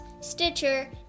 Stitcher